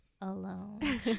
alone